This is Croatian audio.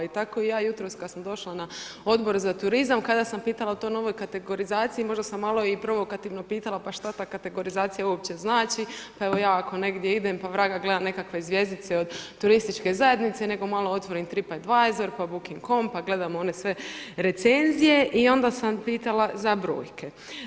I tako ja jutro kad sam došla na Odbor za turizam, kada sam pitala o toj novoj kategorizaciji, možda sam malo i provokativno pitala pa šta ta kategorizacija uopće znači, pa vo ja ako negdje idem, pa vraga gledam nekakve zvjezdice od turističke zajednice nego malo otvorim Trip advisor pa Booking.com pa gledamo one sve recenzije i onda sam pitala za brojke.